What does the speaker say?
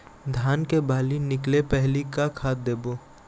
धान के बाली निकले पहली का खाद देबो?